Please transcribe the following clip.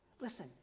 Listen